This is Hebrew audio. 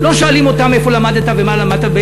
לא שואלים אותם איפה למדת ומה למדת,